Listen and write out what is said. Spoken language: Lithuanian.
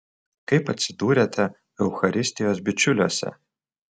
kaip atsidūrėte eucharistijos bičiuliuose